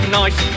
nice